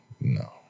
No